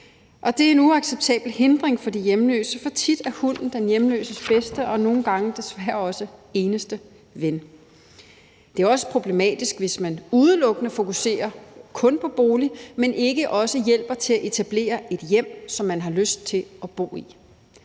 det er en uacceptabel hindring for de hjemløse, for tit er hunden den hjemløses bedste og nogle gange desværre også eneste ven. Det er også problematisk, hvis man udelukkende fokuserer på bolig, men ikke også hjælper til at etablere et hjem, som man har lyst til at bo i.